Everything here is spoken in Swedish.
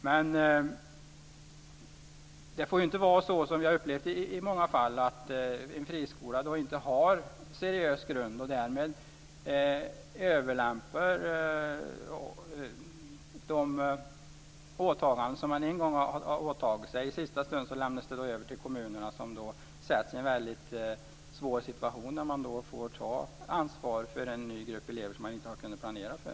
Men det får ju inte vara så, som vi har upplevt i många fall, att en friskola inte har någon seriös grund. Därigenom överlämpar man i sista stund de åtaganden som man en gång har gjort på kommunerna som då sätts i en väldigt svår situation när de får ta ansvar för en ny grupp elever som de inte har kunnat planera för.